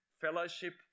fellowship